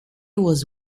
was